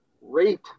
rate